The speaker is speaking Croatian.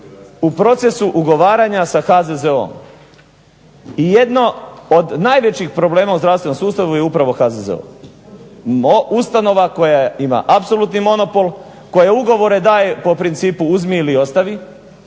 u procesu ugovaranja sa HZZO-om. I jedno od najvećih problema u zdravstvenom sustavu je upravo HZZO. Ustanova koja ima apsolutni monopol, koja ugovore daje po principu uzmi ili ostavi.